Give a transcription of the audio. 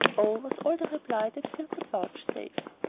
oh! was all the reply that phil would vouchsafe.